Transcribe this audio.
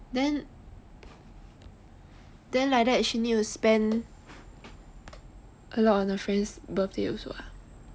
then then like that she need to spend a lot on her friend's birthday also ah